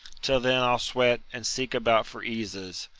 till then i'll sweat and seek about for eases,